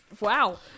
Wow